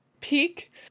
peak